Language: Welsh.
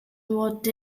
fod